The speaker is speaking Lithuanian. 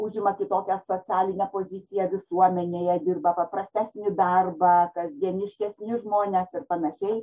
užima kitokią socialinę poziciją visuomenėje dirba paprastesnį darbą kasdieniškesni žmonės ir pan